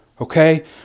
okay